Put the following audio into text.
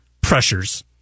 pressures